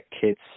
kids